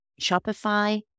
Shopify